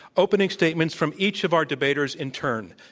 opening statements from each of our debaters in turn.